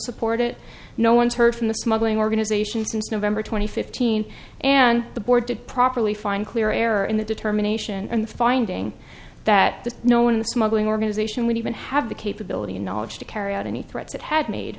support it no one's heard from the smuggling organizations since november twenty fifteen and the board did properly find clear error in the determination and the finding that the no one the smuggling organization would even have the capability and knowledge to carry out any threats it had made